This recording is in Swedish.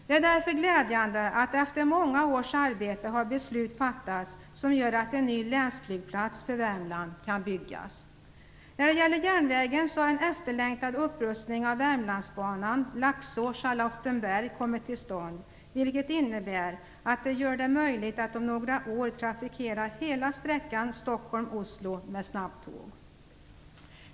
Det är därför glädjande att efter många års arbete beslut fattats som gör att en ny länsflygplats för Värmland kan byggas. När det gäller järnvägen har en efterlängtad upprustning av Värmlandsbanan Laxå Charlottenberg kommit till stånd, vilket gör det möjligt att om några år trafikera hela sträckan Stockholm-Oslo med snabbtåg.